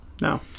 no